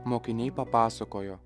mokiniai papasakojo